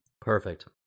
Perfect